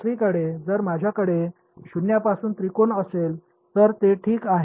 दुसरीकडे जर माझ्याकडे शून्यापासून त्रिकोण असेल तर ते ठीक आहे